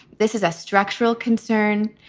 this is a structural concern.